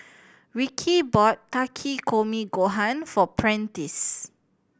Ricky bought Takikomi Gohan for Prentiss